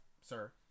sir